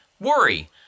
worry